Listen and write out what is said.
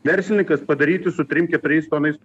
verslininkas padaryti su trim keturiais tonais